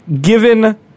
given